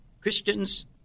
Christians